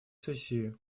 сессии